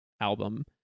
album